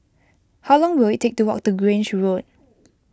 how long will it take to walk to Grange Road